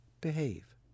Behave